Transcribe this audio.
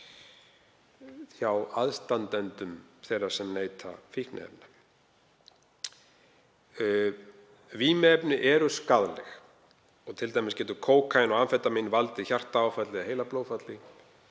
hjá aðstandendum þeirra sem neyta fíkniefna. Vímuefni eru skaðleg, t.d. getur kókaín og amfetamín valdið hjartaáfalli eða heilablóðfalli.